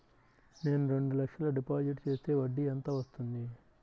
నేను రెండు లక్షల డిపాజిట్ చేస్తే వడ్డీ ఎంత వస్తుంది?